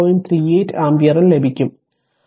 38 ആമ്പിയറും ലഭിക്കും